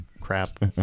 crap